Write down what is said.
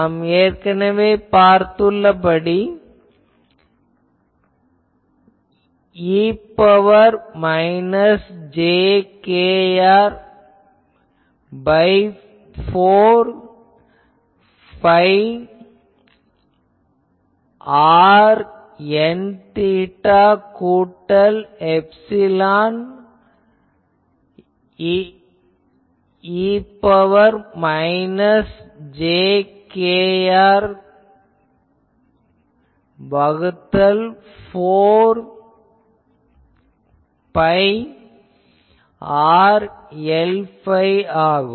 நாம் ஏற்கனவே பார்த்துள்ளபடி e ன் பவர் மைனஸ் j kr வகுத்தல் 4 phi r Nθ கூட்டல் η எப்சிலான் e ன் பவர் மைனஸ் j kr வகுத்தல் 4 phi r Lϕ ஆகும்